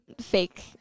fake